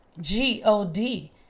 G-O-D